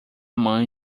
mãe